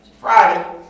Friday